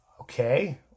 Okay